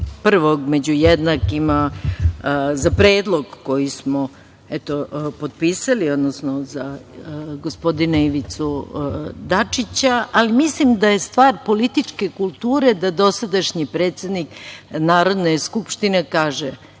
prvog među jednakima, za predlog koji smo potpisali, odnosno za gospodina Ivicu Dačića, ali mislim da je stvar političke kulture da dosadašnji predsednik Narodne skupštine kaže